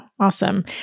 awesome